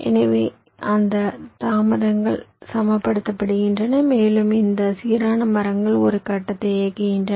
எனவே அந்த தாமதங்கள் சமப்படுத்தப்படுகின்றன மேலும் இந்த சீரான மரங்கள் ஒரு கட்டத்தை இயக்குகின்றன